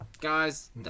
guys